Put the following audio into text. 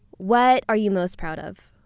what are you most proud of?